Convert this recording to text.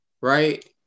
right